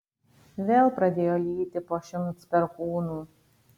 vėl pradėjo lyti po šimts perkūnų